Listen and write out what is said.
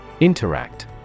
Interact